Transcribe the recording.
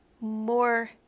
more